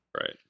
Right